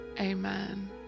Amen